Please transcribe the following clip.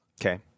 Okay